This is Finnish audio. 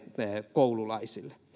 koululaisille